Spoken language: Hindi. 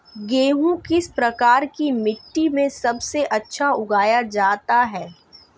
गेहूँ किस प्रकार की मिट्टी में सबसे अच्छा उगाया जाता है?